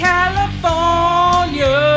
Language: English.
California